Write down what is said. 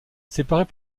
séparés